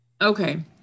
Okay